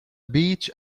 beach